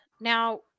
Now